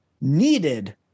needed